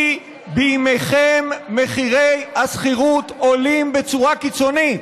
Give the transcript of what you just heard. כי בימיכם מחירי השכירות עולים בצורה קיצונית.